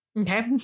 okay